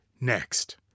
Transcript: Next